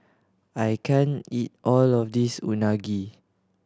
I can't eat all of this Unagi